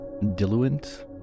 diluent